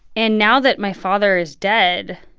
and now that my father is dead,